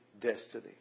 destiny